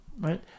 Right